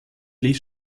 ließ